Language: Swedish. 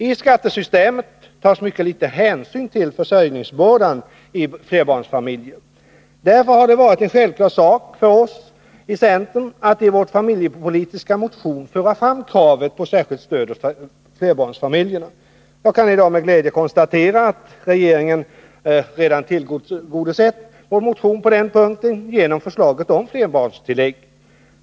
I skattesystemet tas mycket liten hänsyn till försörjningsbördan i flerbarnsfamiljer. Därför har det varit en självklar sak för oss i centern att i vår familjepolitiska motion föra fram kravet på särskilt stöd åt flerbarnsfamiljerna. Jag kan i dag med glädje konstatera att regeringen redan har tillgodosett vår motion på den punkten genom förslaget om flerbarnstillägg.